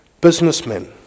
Businessmen